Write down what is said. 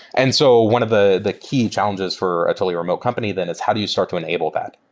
and so one of the the key challenges for a totally remote company then is how do you start to enable that?